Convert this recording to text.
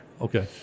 Okay